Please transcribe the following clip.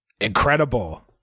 Incredible